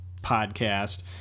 podcast